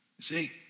See